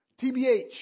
TBH